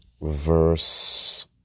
verse